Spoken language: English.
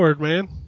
man